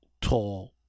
tall